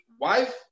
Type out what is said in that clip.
wife